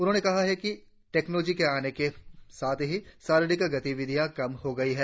उन्होंने कहा कि टैक्नोलॉजी के आने के साथ ही शारीरिक गतिविधियां कम हो गई हैं